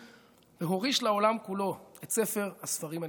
והוריש לעולם כולו את ספר הספרים הנצחי.